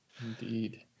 indeed